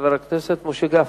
חבר הכנסת משה גפני.